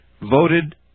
voted